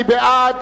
מי בעד?